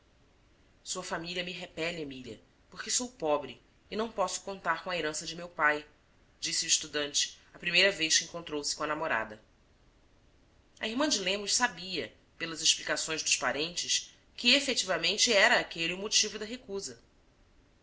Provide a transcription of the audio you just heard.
sua família me repele emília porque sou pobre e não posso contar com a herança de meu pai disse o estudante a primeira vez que encontrou-se com a namorada a irmã de lemos sabia pelas explicações dos parentes que efetivamente era aquele o motivo da recusa